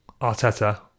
Arteta